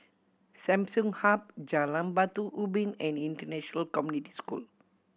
Samsung Hub Jalan Batu Ubin and International Community School